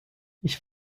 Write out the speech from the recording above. ich